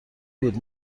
بود